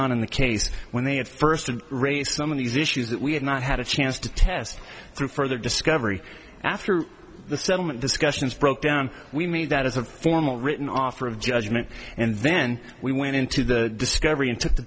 on in the case when they had first to raise some of these issues that we had not had a chance to test through further discovery after the settlement discussions broke down we mean that as a formal written offer of judgment and then we went into the discovery into the